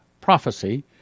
prophecy